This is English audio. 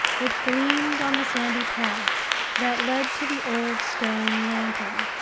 it gleamed on the sandy path that led to the old stone lantern,